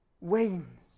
wanes